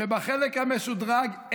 שבחלק המשודרג,